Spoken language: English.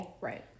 Right